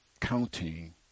counting